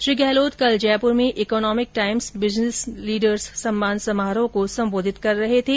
श्री गहलोत कल जयपुर में Economic Times business leaders सम्मान समारोह को संबोधित कर रहे थे